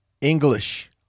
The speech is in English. English